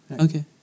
okay